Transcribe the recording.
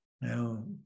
Now